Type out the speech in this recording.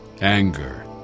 anger